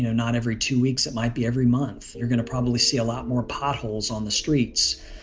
you know not every two weeks. it might be every month. you're gonna probably see a lot more potholes on the streets.